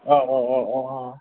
अ अ अ अ